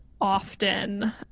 often